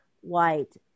white